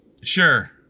Sure